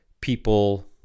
people